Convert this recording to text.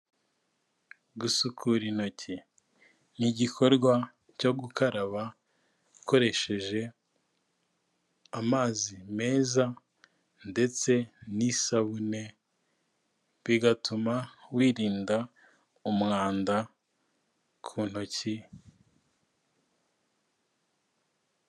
Gusukura intoki, ni igikorwa cyo gukaraba ukoresheje amazi meza, ndetse n'isabune, bigatuma wirinda, umwanda ku ntoki.